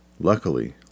Luckily